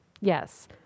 Yes